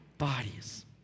bodies